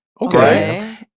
Okay